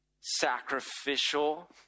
sacrificial